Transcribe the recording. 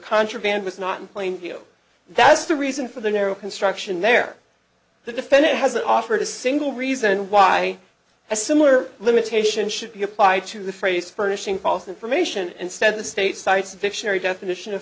contraband was not in plain view that's the reason for the narrow construction there the defendant hasn't offered a single reason why a similar limitation should be applied to the phrase furnishing false information instead the state cites vic sherry definition of